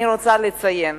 אני רוצה לציין